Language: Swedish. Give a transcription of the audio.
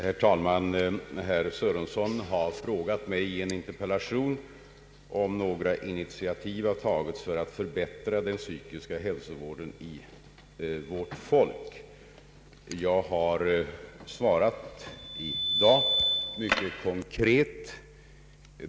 Herr talman! Herr Sörenson har i sin interpellation frågat mig om några initiativ har tagits för att förbättra den psykiska hälsovården i landet. Jag har i dag svarat mycket konkret.